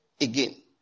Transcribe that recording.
again